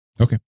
Okay